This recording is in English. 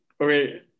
Okay